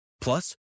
Plus